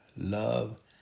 love